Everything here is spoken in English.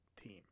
team